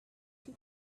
two